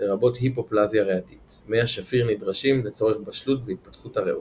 לרבות היפופלזיה ריאתית מי השפיר נדרשים לצורך בשלות והתפתחות הריאות.